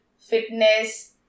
fitness